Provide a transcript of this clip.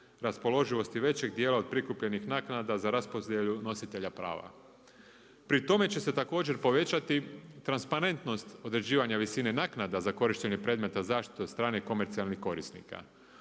raspoloživosti većeg dijela od prikupljenih naknada za raspodjelu nositelja prava. Pri tome će se također povećati transparentnost određivanja visine naknada za korištenje predmeta, zaštitu od strane komercijalni korisnika.